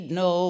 no